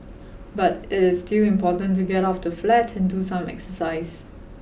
but it is still important to get out of the flat and do some exercise